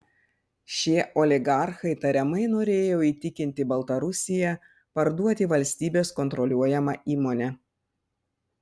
šie oligarchai tariamai norėjo įtikinti baltarusiją parduoti valstybės kontroliuojamą įmonę